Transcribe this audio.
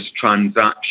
transaction